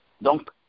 donc